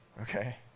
okay